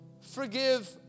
forgive